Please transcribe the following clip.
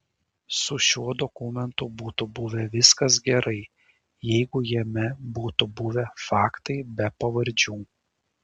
su šiuo dokumentu būtų buvę viskas gerai jeigu jame būtų buvę faktai be pavardžių